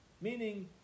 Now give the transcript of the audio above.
Meaning